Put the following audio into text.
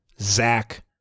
Zach